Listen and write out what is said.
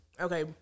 Okay